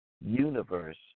universe